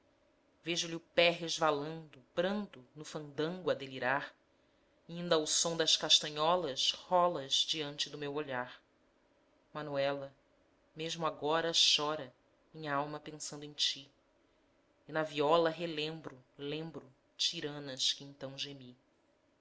vejo lhe o pé resvalando brando no fandango a delirar inda ao som das castanholas rolas diante do meu olhar manuela mesmo agora chora minh'alma pensando em ti e na viola relembro lembro tiranas que então gemi